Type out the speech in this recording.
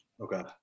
Okay